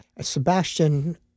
Sebastian